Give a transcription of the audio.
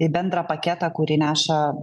į bendrą paketą kurį neša